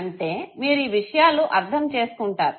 అంటే మీరు ఈ విషయాలు అర్ధం చేసుకుంటారు